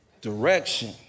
direction